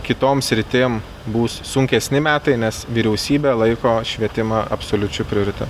kitom sritim bus sunkesni metai nes vyriausybė laiko švietimą absoliučiu priorite